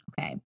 okay